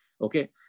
Okay